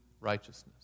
righteousness